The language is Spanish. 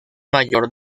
mayor